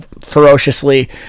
ferociously